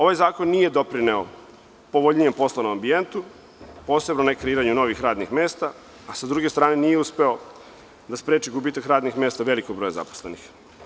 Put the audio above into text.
Ovaj zakon nije doprineo povoljnijem poslovnom ambijentu, posebno ne kreiranju novih radnih mesta, a sa druge strane nije uspeo da spreči gubitak radnih mesta velikog broja zaposlenih.